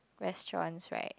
restaurants right